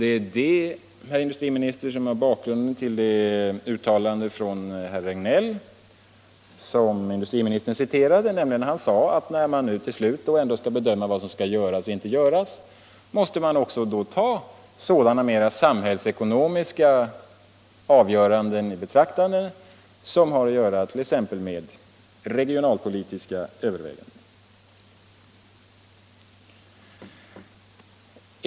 Det är det, herr industriminister, som är bakgrunden till det uttalande från herr Regnéll som industriministern citerade — att när man till slut ändå skall bedöma vad som skall göras och inte göras, måste man också ta sådana mera samhällsekonomiska avgöranden i betraktande som har att göra t.ex. med regionalpolitiska överväganden.